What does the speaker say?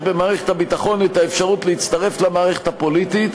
במערכת הביטחון את האפשרות להצטרף למערכת הפוליטית,